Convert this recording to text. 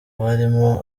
barimo